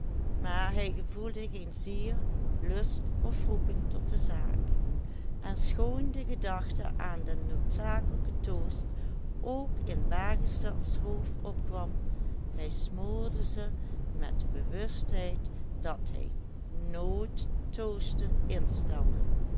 maar hij gevoelde geen zier lust of roeping tot de zaak en schoon de gedachte aan den noodzakelijken toost ook in wagesterts hoofd opkwam hij smoorde ze met de bewustheid dat hij nooit toosten instelde